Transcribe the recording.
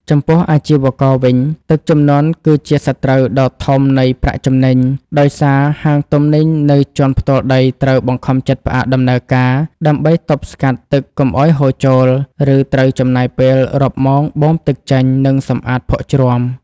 ចំពោះអាជីវករវិញ ទឹកជំនន់គឺជាសត្រូវដ៏ធំនៃប្រាក់ចំណេញ ដោយសារហាងទំនិញនៅជាន់ផ្ទាល់ដីត្រូវបង្ខំចិត្តផ្អាកដំណើរការ ដើម្បីទប់ស្កាត់ទឹកកុំឱ្យហូរចូល ឬត្រូវចំណាយពេលរាប់ម៉ោងបូមទឹកចេញ និងសម្អាតភក់ជ្រាំ។